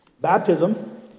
Baptism